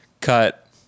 cut